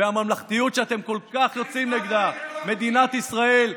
והממלכתיות שאתם כל כך יוצאים נגדה, מדינת ישראל,